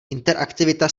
interaktivita